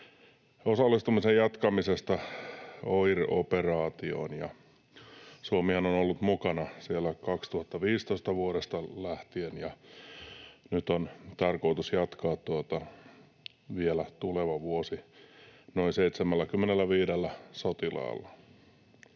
osallistumisen jatkamisesta OIR-operaatioon. Suomihan on ollut mukana siellä vuodesta 2015 lähtien, ja nyt on tarkoitus jatkaa vielä tuleva vuosi noin 75 sotilaalla.